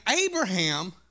Abraham